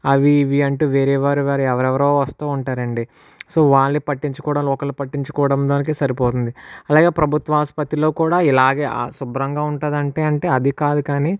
అవి ఇవి అంటు వేరే వారు ఎవరెవరో వస్తు ఉంటారండి సో వాళ్ళని పట్టించుకోవడంలో ఒకరిని పట్టించుకోవడంలో సరిపోతుంది అలాగే ప్రభుత్వ ఆసుపత్రిలో కూడా ఇలాగే ఆ శుభ్రంగా ఉంటుందంటే అదికాదు కానీ